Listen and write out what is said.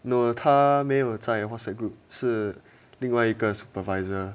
no 他没有在 Whatsapp group 是另外一个 supervisor